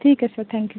ठीक आहे sir thank you